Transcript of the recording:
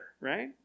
right